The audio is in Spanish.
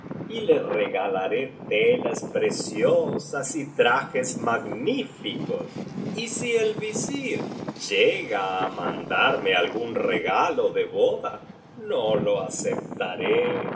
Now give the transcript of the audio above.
y le regalaré telas preciosas y trajes magníficos y si el visir llega á mandarme algún regalo de boda no lo aceptaré